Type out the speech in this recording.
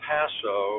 Paso